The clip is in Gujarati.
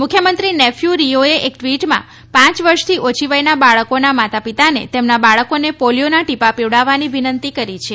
મુખ્યમંત્રી નેફ્યુ રીયોએ એક ટ્વિટમાં પાંચ વર્ષથી ઓછી વર્ષના બાળકોના માતા પિતાને તેમના બાળકોને પોલિયોના ટીપા પીવડાવવાની વિનંતી કરી છે